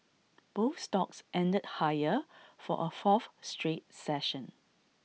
both stocks ended higher for A fourth straight session